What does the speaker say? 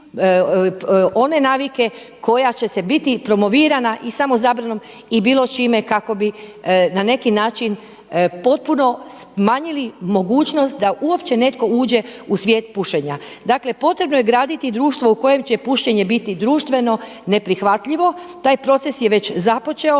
one navike koja će biti promovirana i samo zabranom i bilo čime kako bi na neki način potpuno smanjili mogućnost da uopće netko uđe u svijet pušenja. Dakle potrebno je graditi društvo u kojem će pušenje biti društveno neprihvatljivo. Taj proces je već započeo.